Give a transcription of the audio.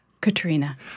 Katrina